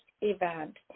event